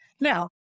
Now